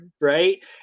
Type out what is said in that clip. right